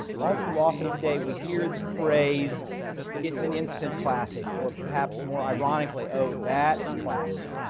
all too often today, we hear the phrase it's an instant classic, or perhaps more ironically, oh, that's classic!